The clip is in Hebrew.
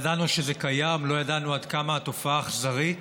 ידענו שזה קיים, לא ידענו עד כמה התופעה אכזרית